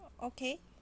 okay